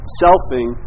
selfing